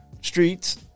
streets